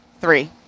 three